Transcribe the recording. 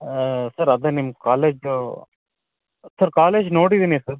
sir ಅದೇ ನಿಮ್ಮ college sir college ನೋಡಿದ್ದೀನಿ ಸರ್